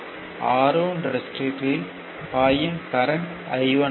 R1 ரெசிஸ்டர்யில் பாயும் current I1 ஆகும்